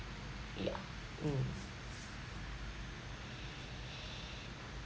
ya mm